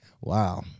Wow